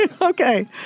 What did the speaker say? Okay